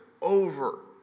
over